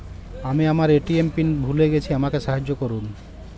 আমি আমার ATM pin ভুলে গেছি আমাকে সাহায্য করুন